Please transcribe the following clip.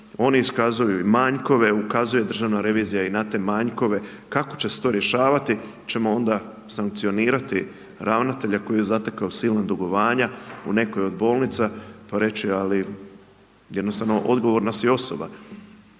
Oni iskazuju manjkove, ukazuje Državna revizija i na te manjkove, kako će se to rješavati, hoćemo onda sankcionirati ravnatelja koji je zatekao silna dugovanja u nekoj od bolnica pa reći, ali jednostavno odgovorna si osoba.